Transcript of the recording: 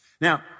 Now